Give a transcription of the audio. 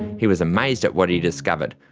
he was amazed at what he discovered.